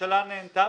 הממשלה נענתה,